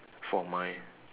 for my